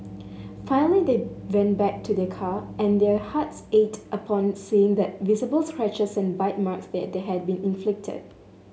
finally they went back to their car and their hearts ached upon seeing the visible scratches and bite marks that they had been inflicted